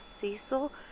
Cecil